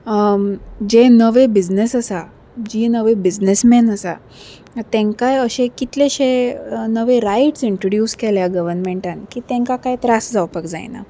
जे नवे बिझनेस आसा जी नवे बिझनेसमॅन आसा तेंकां अशे कितलेशे नवे रायट्स इंट्रोड्यूस केल्या गवर्मेंटान की तेंकां कांय त्रास जावपाक जायना